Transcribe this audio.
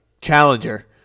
challenger